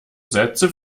sätze